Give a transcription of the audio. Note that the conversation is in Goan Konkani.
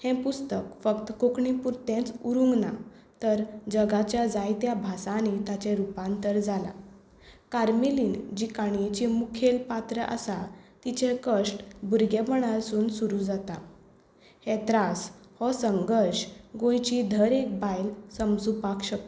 हें पुस्तक फक्त कोंकणी पुरतेंच उरूंक ना तर जगाच्या जायत्या भासांनी ताचें रुपांतर जालां कार्मेलीन जी काणयेची मुखेल पात्र आसा तिचे कश्ट भुरगेपणा सावन सुरू जाता हे त्रास हो संघर्श गोंयची दर एक बायल समजुपाक शकता